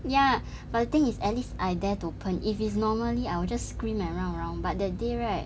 ya but the thing is at least I dare to 喷 if it's normally I will just scream around around but that day right